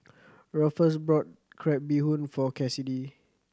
Rufus bought crab bee hoon for Cassidy